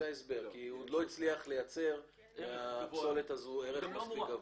כי הממחזר לא מצליח לייצר מהפסולת הזאת ערך מספיק גבוה.